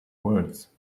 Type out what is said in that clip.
words